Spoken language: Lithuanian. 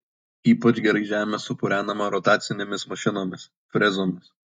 ypač gerai žemė supurenama rotacinėmis mašinomis frezomis